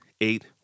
eight